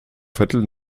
viertel